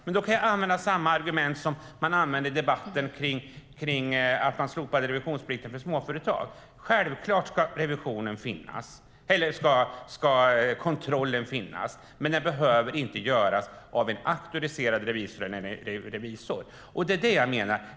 Men då kan jag använda samma argument som man använde i debatten om den slopade revisionsplikten för småföretag. Självklart ska kontrollen finnas, men den behöver inte göras av en auktoriserad revisor. Det är det jag menar.